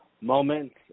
moments